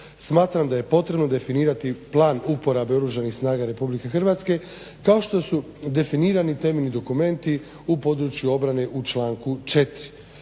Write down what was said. Smatram da je potrebno definirati plan uporabe Oružanih snaga RH kao što su definirani temeljni dokumenti u području obrane u članku 4.